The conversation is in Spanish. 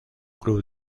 club